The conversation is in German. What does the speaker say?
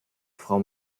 frau